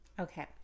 Okay